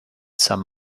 some